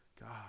God